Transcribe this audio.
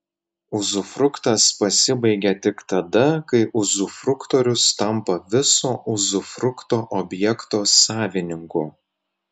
uzufruktas pasibaigia tik tada kai uzufruktorius tampa viso uzufrukto objekto savininku